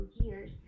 years